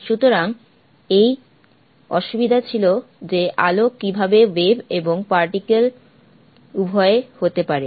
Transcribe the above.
সুতরাং এই অসুবিধা ছিল যে আলো কিভাবে ওয়েভ এবং কণা উভয়ই হতে পারে